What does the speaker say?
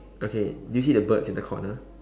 okay do you see the birds in the corner